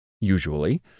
usually